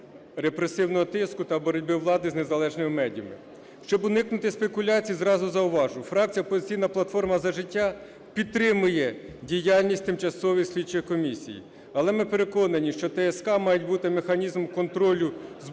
репресивного тиску та боротьби влади з незалежними медіа. Щоб уникнути спекуляцій, зразу зауважу, фракція "Опозиційна платформа - За життя" підтримує діяльність тимчасової слідчої комісії, але ми переконані, що ТСК мають бути механізмом контролю влади